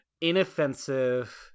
inoffensive